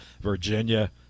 Virginia